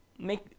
make